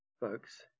folks